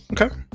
Okay